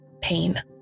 pain